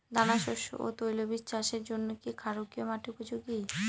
দানাশস্য ও তৈলবীজ চাষের জন্য কি ক্ষারকীয় মাটি উপযোগী?